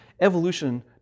evolution